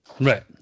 Right